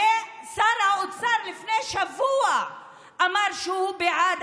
הרי שר האוצר לפני שבוע אמר שהוא בעד